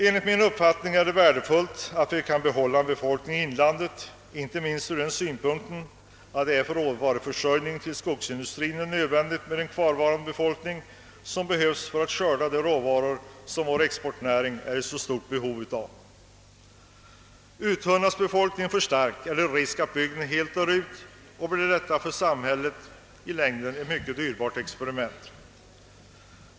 Enligt min uppfattning är det värdefullt att behålla en tillräckligt stor befolkning i inlandet, inte minst med tanke på att det för skogsindustrins råvaruförsörjning är nödvändigt med en kvarvarande befolkning som kan ta hand om de råvaror som vår exportnäring är 1 så stort behov av. Uttunnas befolkningen alltför starkt är det risk för att bygden helt dör ut, och då blir detta säkert ett för samhället dyrbart experiment.